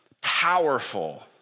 powerful